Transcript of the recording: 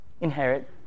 inherit